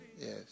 Yes